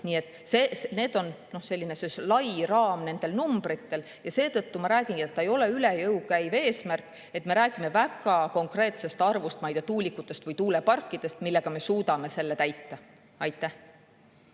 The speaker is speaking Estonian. Nii et selline lai raam on nendel numbritel. Seetõttu ma räägingi, et see ei ole üle jõu käiv eesmärk, me räägime väga konkreetsest arvust tuulikutest või tuuleparkidest, millega me suudame selle täita. Aitäh!